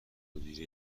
مدیره